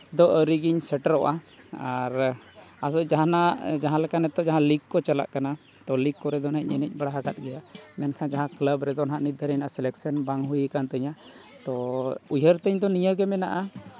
ᱫᱚ ᱟᱹᱣᱨᱤᱜᱤᱧ ᱥᱮᱴᱮᱨᱚᱜᱼᱟ ᱟᱨ ᱟᱥᱚᱞ ᱡᱟᱦᱟᱱᱟᱜ ᱡᱟᱦᱟᱸᱞᱮᱠᱟ ᱱᱤᱛᱚᱜ ᱡᱟᱦᱟᱸ ᱞᱤᱜᱽ ᱠᱚ ᱪᱟᱞᱟᱜ ᱠᱟᱱᱟ ᱞᱤᱜᱽ ᱠᱚᱨᱮ ᱫᱚ ᱦᱟᱸᱜ ᱮᱱᱮᱡ ᱵᱟᱲᱟ ᱠᱟᱜ ᱜᱮᱭᱟ ᱢᱮᱱᱠᱷᱟᱱ ᱡᱟᱦᱟᱸ ᱠᱞᱟᱵᱽ ᱨᱮᱫᱚ ᱦᱟᱸᱜ ᱱᱤᱛ ᱫᱷᱟᱹᱵᱤᱡ ᱥᱤᱞᱮᱠᱥᱮᱱ ᱵᱟᱝ ᱦᱩᱭ ᱠᱟᱱ ᱛᱤᱧᱟᱹ ᱛᱳ ᱩᱭᱦᱟᱹᱨ ᱛᱤᱧᱫᱚ ᱱᱤᱭᱟᱹᱜᱮ ᱢᱮᱱᱟᱜᱼᱟ